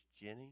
Jenny